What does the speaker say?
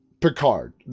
Picard